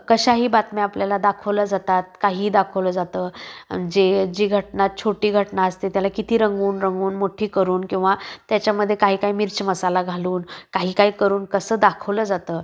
कशाही बातम्या आपल्याला दाखवल्या जातात काहीही दाखवलं जातं जे जी घटना छोटी घटना असते त्याला किती रंगून रंगून मोठी करून किंवा त्याच्यामध्ये काही काही मिर्च मसाला घालून काही काही करून कसं दाखवलं जातं